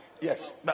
Yes